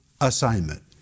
assignment